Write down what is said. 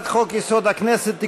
42)